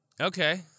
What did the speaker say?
Okay